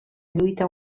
lluita